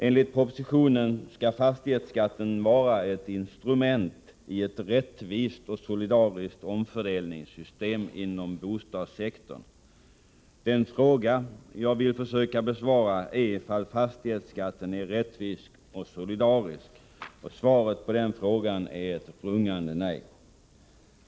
Enligt propositionen skall fastighetsskatten vara ett instrument i ett rättvist och solidariskt omfördelningssystem inom bostadssektorn. Den fråga jag vill försöka besvara är om fastighetsskatten är rättvis och solidarisk. Svaret på den frågan är ett rungande nej.